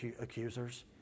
accusers